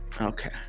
okay